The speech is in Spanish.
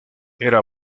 era